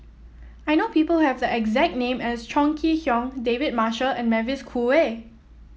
I know people who have the exact name as Chong Kee Hiong David Marshall and Mavis Khoo Oei